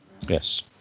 Yes